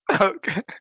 okay